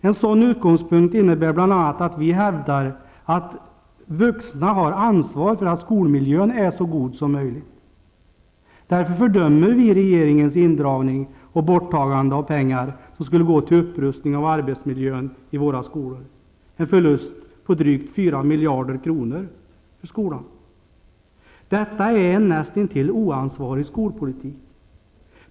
En sådan utgångspunkt innebär bl.a. att vi hävdar att vuxna har ansvar för att skolmiljön är så god som möjligt. Därför fördömer vi regeringens indragning och borttagande av pengar som skulle gå till upprustning av arbetsmiljön i våra skolor, en förlust på drygt fyra miljarder kronor för skolan. Detta är en näst intill oansvarig skolpolitik.